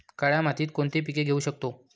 काळ्या मातीत कोणती पिके घेऊ शकतो?